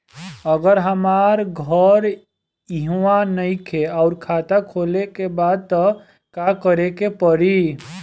अगर हमार घर इहवा नईखे आउर खाता खोले के बा त का करे के पड़ी?